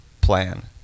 plan